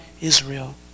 Israel